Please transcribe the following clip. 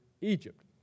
Egypt